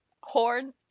horn